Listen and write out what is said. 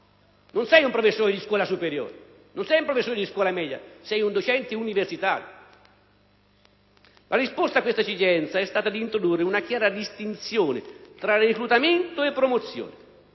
tratta di professori di scuola superiore o di scuola media, ma di docenti universitari. La risposta a questa esigenza è stata di introdurre una chiara distinzione tra reclutamento e promozione.